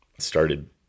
started